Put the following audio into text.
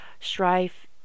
strife